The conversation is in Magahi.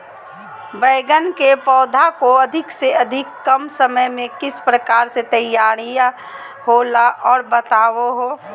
बैगन के पौधा को अधिक से अधिक कम समय में किस प्रकार से तैयारियां होला औ बताबो है?